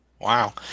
Wow